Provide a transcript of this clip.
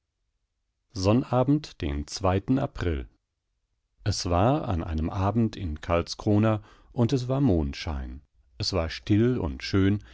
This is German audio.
sonnabend den zweiten april es war an einem abend in karlskrona und es war mondschein es war still und schön